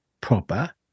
proper